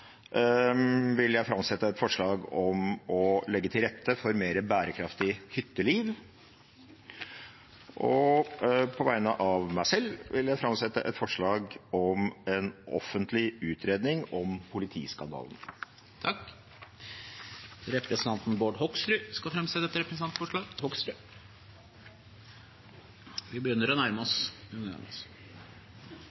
vil jeg framsette et representantforslag om å legge til rette for mer bærekraftig hytteliv. Og på vegne av meg selv vil jeg framsette et representantforslag om en norsk offentlig utredning om politiskandalen. Representanten Bård Hoksrud vil framsette et representantforslag.